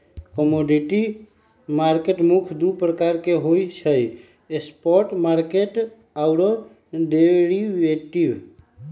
commodity market मुख्य दु प्रकार के होइ छइ स्पॉट मार्केट आऽ डेरिवेटिव